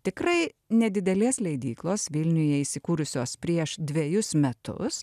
tikrai nedidelės leidyklos vilniuje įsikūrusios prieš dvejus metus